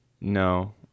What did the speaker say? No